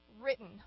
written